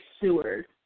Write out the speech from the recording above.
Seward